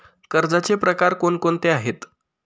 कर्जाचे प्रकार कोणकोणते आहेत?